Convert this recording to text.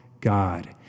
God